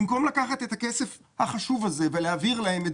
במקום לקחת את הכסף החשוב הזה ולהעביר להם,